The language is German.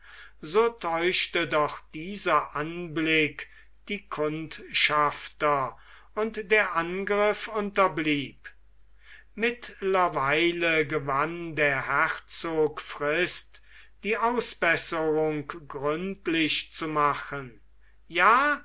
so täuschte doch dieser anblick die kundschafter und der angriff unterblieb mittlerweile gewann der herzog frist die ausbesserung gründlich zu machen ja